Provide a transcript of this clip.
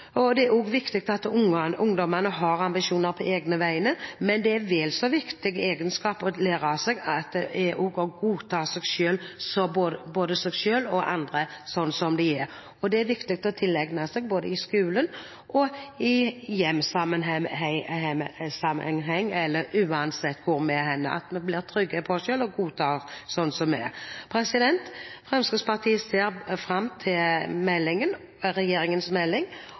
og det er også viktig at ungdommene har ambisjoner på egne vegne, men det er en vel så viktig egenskap å lære seg å godta seg selv – og andre – sånn som en er. Det er viktig å tilegne seg i skole- og i hjemsammenheng eller uansett hvor vi er, sånn at vi blir trygge på oss selv og godtar oss selv sånn som vi er. Fremskrittspartiet ser fram til regjeringens melding